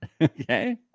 Okay